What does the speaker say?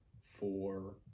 Four